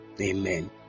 Amen